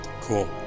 cool